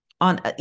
on